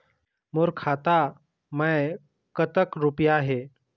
मोर खाता मैं कतक रुपया हे?